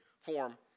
form